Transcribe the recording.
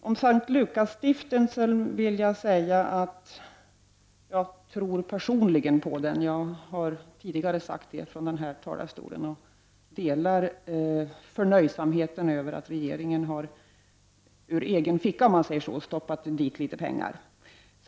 Om S:t Lukasstiftelsen vill jag säga att jag personligen tror på den — det har jag tidigare sagt från den här talarstolen — och delar förnöjsamheten över att regeringen har, så att säga ur egen ficka, fört dit litet pengar.